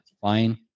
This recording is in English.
Fine